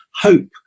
hope